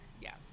Yes